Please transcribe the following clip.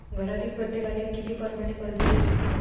घरातील प्रत्येकाले किती परमाने कर्ज भेटन?